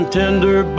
tender